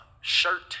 shirt